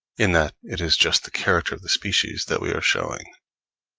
in that it is just the character of the species that we are showing.